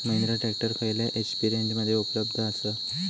Mahindra tractor खयल्या HP रेंजमध्ये उपलब्ध आसा?